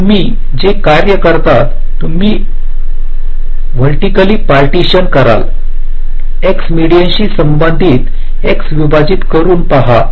तर तुम्ही जे कार्य करता तुम्ही व्हर्टीकललंय पार्टीशन कराल एक्स मेडियन शी संबंधित x विभाजित करून पहा